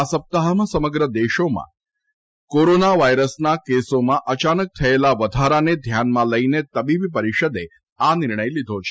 આ સપ્તાહમાં સમગ્ર દેશમાં કોરોના વાયરસના કેસોમાં અચાનક થયેલા વધારાને ધ્યાનમાં લઇને તબીબી પરિષદે આ નિર્ણય લીધો છે